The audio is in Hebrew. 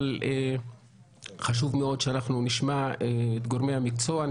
אבל חשוב מאוד שאנחנו נשמע את גורמי המקצוע,